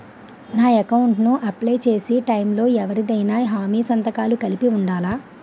నా అకౌంట్ ను అప్లై చేసి టైం లో ఎవరిదైనా హామీ సంతకాలు కలిపి ఉండలా?